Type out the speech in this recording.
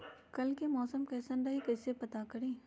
कल के मौसम कैसन रही कई से पता करी?